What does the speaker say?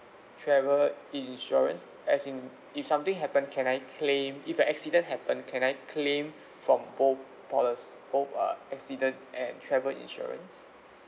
travel insurance as in if something happen can I claim if a accident happen can I claim from both policies both uh accident and travel insurance